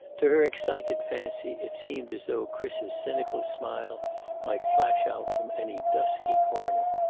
to her excited fancy it seemed as though chris's cynical smile might flash out from any dusky corner.